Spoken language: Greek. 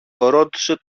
ρώτησε